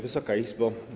Wysoka Izbo!